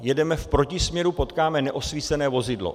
Jedeme v protisměru, potkáme neosvícené vozidlo.